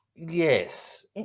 Yes